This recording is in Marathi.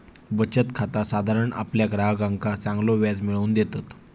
बचत खाता साधारण आपल्या ग्राहकांका चांगलो व्याज मिळवून देतत